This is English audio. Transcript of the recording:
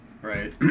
Right